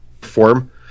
form